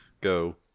go